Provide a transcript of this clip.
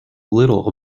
little